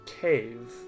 cave